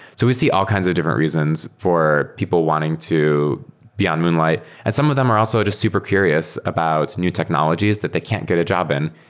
we see all kinds of different reasons for people wanting to be on moonlight, and some of them are also just super curious about new technologies that they can't get a job in.